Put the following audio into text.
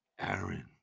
Aaron